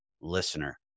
listener